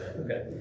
okay